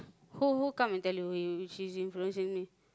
who who come and tell you you she's influencing me